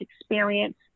experience